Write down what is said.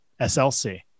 SLC